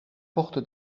porte